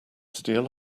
steal